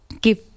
give